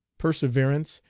perseverance,